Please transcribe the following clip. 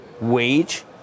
wage